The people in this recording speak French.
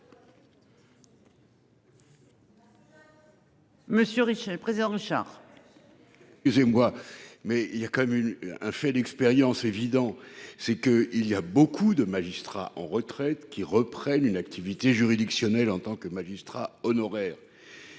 Monsieur Riché président Richard.